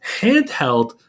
Handheld